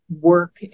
work